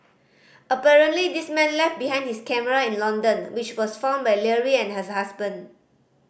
apparently this man left behind his camera in London which was found by Leary and his husband